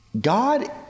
God